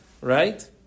Right